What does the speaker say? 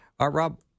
Rob